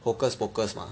hocus pocus mah